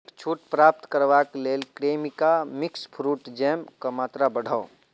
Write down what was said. छूट प्राप्त करबाक लेल क्रेमिका मिक्स फ्रूट जैम के मात्रा बढ़ाउ